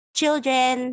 children